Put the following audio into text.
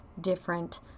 different